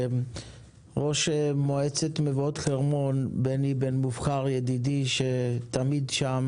ראש מועצת מבואות חרמון בני בן מובחר ידידי שתמיד שם